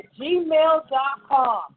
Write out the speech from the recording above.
gmail.com